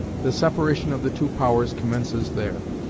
the separation of the two powers commences there.